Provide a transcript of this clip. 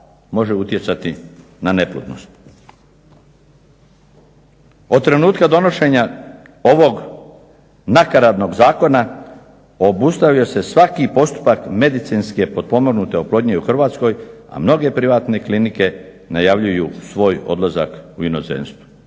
može utjecati na neplodnost. Od trenutka donošenja ovog nakaradnog zakona obustavio se svaki postupak medicinske potpomognute oplodnje i u Hrvatskoj, a mnoge privatne klinike najavljuju svoj odlazak u inozemstvo